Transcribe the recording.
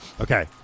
Okay